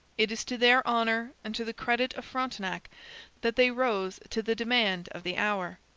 it is to their honour and to the credit of frontenac that they rose to the demand of the hour.